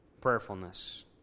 Prayerfulness